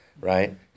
right